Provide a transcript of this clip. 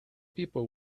people